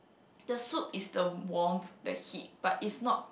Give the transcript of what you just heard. the soup is the warmth the heat but is not